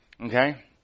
Okay